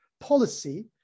policy